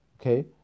okay